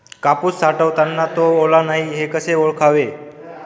कापूस साठवताना तो ओला नाही हे कसे ओळखावे?